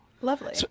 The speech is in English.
Lovely